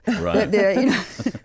Right